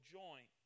join